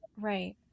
Right